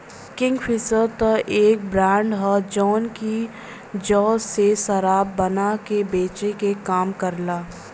Kingfisher त एक brand हौ जौन की जौ से शराब बना के बेचे क काम करला